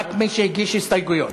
רק מי שהגיש הסתייגויות.